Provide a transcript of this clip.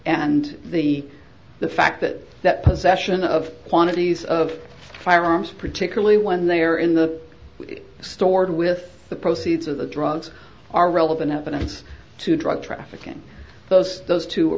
and the the fact that that possession of quantities of firearms particularly when they are in the stored with the proceeds of the drugs are relevant evidence to drug trafficking those those two